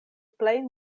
plej